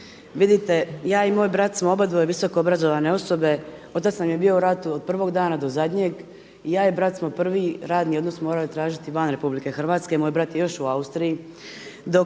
Vidite ja i moj brat smo obadvoje visoko obrazovane osobe, otac nam je bio u ratu od prvog dana do zadnjeg i ja i brat smo prvi radni odnos morali tražiti van RH i moj brat je još u Austriji